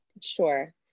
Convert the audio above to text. Sure